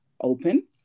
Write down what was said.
open